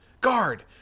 guard